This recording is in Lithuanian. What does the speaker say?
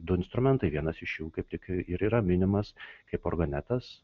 du instrumentai vienas iš jų kaip tik ir yra minimas kaip organetas